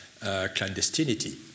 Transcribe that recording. clandestinity